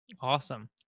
Awesome